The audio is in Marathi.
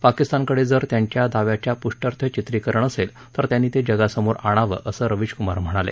पाकिस्तानकडे जर त्यांच्या दाव्याच्या पुष्ट्यर्थ चित्रिकरण असेल तर त्यांनी ते जगासमोर आणावं असं रवीशकुमार म्हणाले